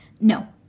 no